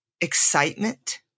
excitement